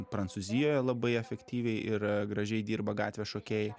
prancūzijoje labai efektyviai ir gražiai dirba gatvės šokėjai